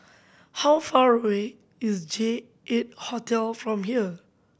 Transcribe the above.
how far away is J Eight Hotel from here